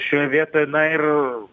šioj vietoj na ir